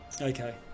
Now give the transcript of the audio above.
okay